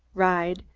ride,